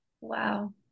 Wow